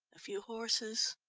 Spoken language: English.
a few horses,